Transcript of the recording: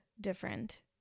different